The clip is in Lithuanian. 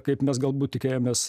kaip mes galbūt tikėjomės